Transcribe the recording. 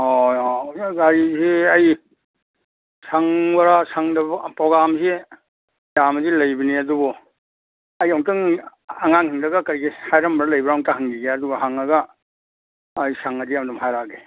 ꯑꯣ ꯒꯥꯔꯤꯁꯤ ꯑꯩ ꯁꯪꯕꯔꯥ ꯁꯪꯗꯕꯔꯥ ꯄ꯭ꯔꯣꯒꯥꯝꯁꯤ ꯌꯥꯝꯅꯗꯤ ꯂꯩꯕꯅꯤ ꯑꯗꯨꯕꯨ ꯑꯩ ꯑꯃꯨꯛꯇꯪ ꯑꯉꯥꯡꯁꯤꯡꯗꯒ ꯀꯔꯤ ꯀꯔꯤ ꯍꯥꯏꯔꯝꯕ ꯂꯩꯕ꯭ꯔꯥ ꯑꯝꯇ ꯍꯪꯒꯤꯒꯦ ꯑꯗꯨꯒ ꯍꯪꯉꯒ ꯑꯩ ꯁꯪꯉꯗꯤ ꯑꯗꯨꯝ ꯍꯥꯏꯔꯛꯑꯒꯦ